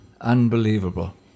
unbelievable